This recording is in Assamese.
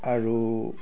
আৰু